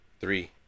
Three